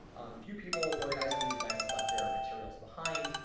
few people organizing these events left their materials behind.